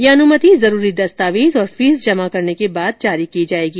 यह अनुमति जरूरी दस्तावेज और फीस जमा करने के बाद जारी की जाएगी